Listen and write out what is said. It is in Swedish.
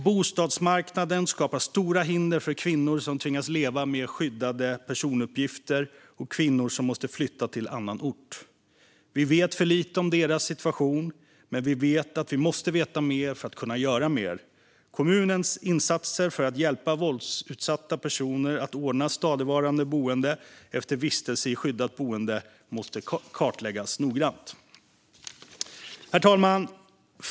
Bostadsmarknaden skapar stora hinder för kvinnor som tvingas leva med skyddade personuppgifter och kvinnor som måste flytta till annan ort. Vi vet för lite om deras situation. Men vi vet att vi måste veta mer för att kunna göra mer. Kommunernas insatser för att hjälpa våldsutsatta personer att ordna ett stadigvarande boende efter vistelse i skyddat boende måste kartläggas noggrant. Herr talman!